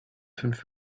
fünf